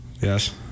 Yes